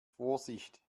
vorsicht